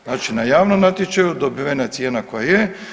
Znači na javnom natječaju dobivena je cijena koja je.